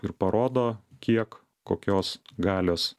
ir parodo kiek kokios galios